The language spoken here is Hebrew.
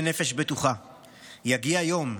בנפש בטוחה / יגיע יום,